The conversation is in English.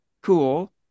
cool